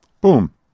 Boom